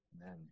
Amen